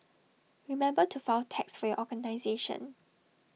remember to file tax for your organisation